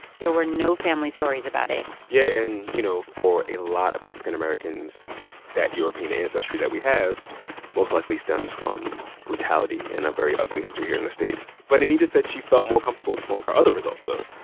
there were no family stories about it yeah, and, you know, for a lot of african-americans, that european ancestry that we have most likely stems from brutality and a very ugly history here in the states. but anita said she felt more comfortable exploring her other results, though.